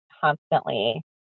constantly